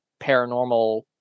paranormal